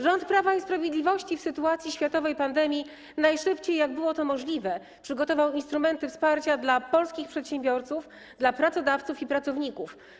Rząd Prawa i Sprawiedliwości w sytuacji światowej pandemii najszybciej, jak było to możliwe, przygotował instrumenty wsparcia dla polskich przedsiębiorców, dla pracodawców i pracowników.